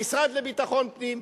המשרד לביטחון פנים,